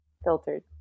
Filtered